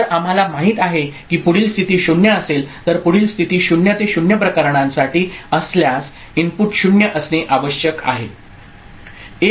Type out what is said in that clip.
तर आम्हाला माहित आहे की पुढील स्थिती 0 असेल तर पुढील स्थिती 0 ते 0 प्रकरणांसाठी असल्यास इनपुट 0 असणे आवश्यक आहे